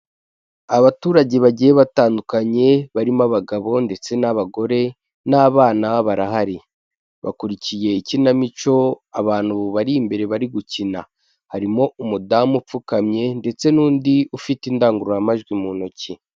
Abaturage bagiye batandukanye barimo abagabo ndetse n'abagore n'abana barahari, bakurikiye ikinamico abantu bari imbere bari gukina, harimo umudamu upfukamye ndetse n'undi ufite indangururamajwi mu ntoki.